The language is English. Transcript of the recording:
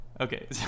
Okay